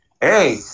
Hey